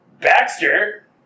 Baxter